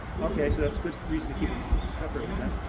okay, so that's good reason to keep them separated then.